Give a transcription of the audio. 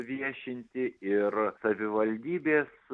viešinti ir savivaldybės